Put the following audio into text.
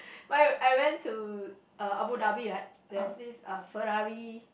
but I I went to uh Abu-Dhabi right there's this uh Ferrari